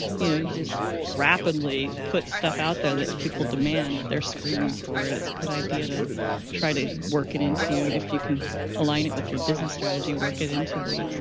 you know, you just rapidly put stuff out there that people demand if they're screaming for it. it's a good idea to try to work it into if you can align it with your business strategy. work it into the,